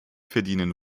verdienen